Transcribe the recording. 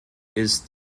ist